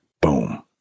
boom